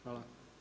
Hvala.